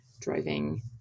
driving